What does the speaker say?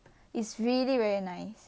it's really very nice